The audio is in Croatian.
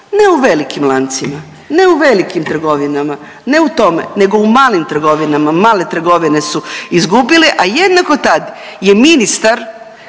Ne u velikim lancima, ne u velikim trgovinama ne u tome nego u malim trgovinama, male trgovine su izgubili, a jednako tad je ministar